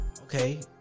Okay